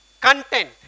content